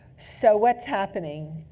so what's happening?